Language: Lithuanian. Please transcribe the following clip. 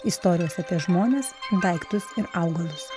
istorijos apie žmones daiktus ir augalus